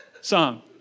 song